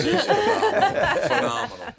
Phenomenal